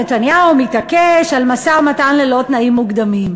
נתניהו מתעקש על משא-ומתן ללא תנאים מוקדמים.